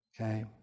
Okay